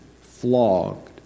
flogged